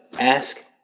ask